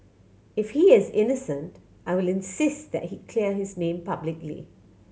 if he is innocent I will insist that he clear his name publicly